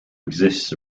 exists